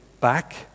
back